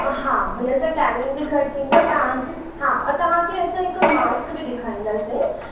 हा हुन सां टेनिंग बि घटि थींदो तव्हांजी हा और तव्हांखे असां हिकु मास्क बि ॾेखाईंदासीं